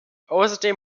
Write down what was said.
außerdem